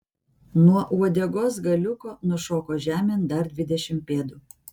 nuo uodegos galiuko nušoko žemėn dar dvidešimt pėdų